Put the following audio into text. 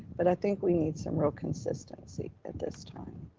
but i think we need some real consistency at this time.